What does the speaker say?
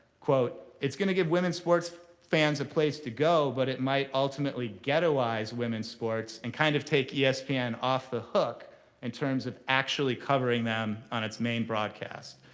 quote it's going to give women's sports' fans a place to go, but it might ultimately ghettoize women's sports and kind of take yeah espn off the hook in terms of actually covering them on its main broadcast.